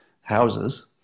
houses